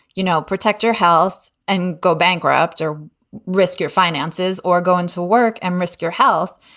you know, protect your health and go bankrupt or risk your finances or go into work and risk your health.